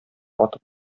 атып